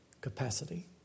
capacity